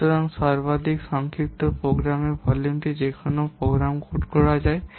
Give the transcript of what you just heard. সুতরাং সর্বাধিক সংক্ষিপ্ত প্রোগ্রামের ভলিউম যেখানে কোনও প্রোগ্রাম কোড করা যায়